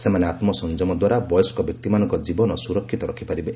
ସେମାନେ ଆତ୍କସଂଯମଦ୍ୱାରା ବୟସ୍କ ବ୍ୟକ୍ତିମାନଙ୍କ ଜୀବନ ସୁରକ୍ଷିତ ରଖିପାରିବେ